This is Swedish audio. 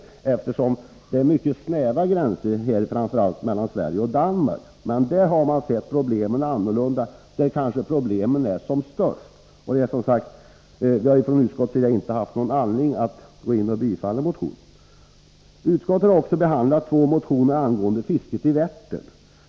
Det är ju mycket snäva gränser framför allt mellan Sverige och Danmark. Men där — där problemen kanske är som störst — har man sett problemen annorlunda. Vi har i utskottet inte funnit någon anledning att tillstyrka motionen. Utskottet har också behandlat två motioner angående fisket i Vättern.